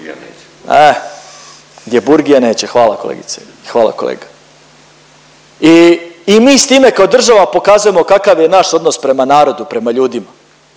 gdje burgija neće, hvala kolegice, hvala kolega. I mi s time kao država pokazujemo kakav je naš odnos prema narodu, prema ljudima.